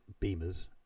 beamers